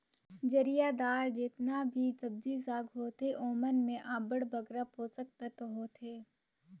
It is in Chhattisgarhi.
जरियादार जेतना भी सब्जी साग होथे ओमन में अब्बड़ बगरा पोसक तत्व होथे